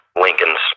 Lincoln's